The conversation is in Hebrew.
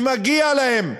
שמגיע להם.